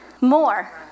more